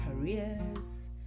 careers